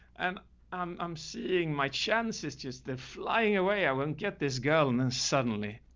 and um i'm seeing my chances, just the flying away. i won't get this girl. and then suddenly.